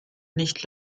nicht